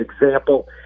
example